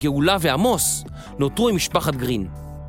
גאולה ועמוס נותרו עם משפחת גרין.